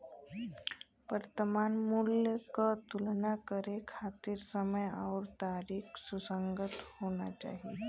वर्तमान मूल्य क तुलना करे खातिर समय आउर तारीख सुसंगत होना चाही